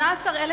כ-18,000